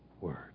Word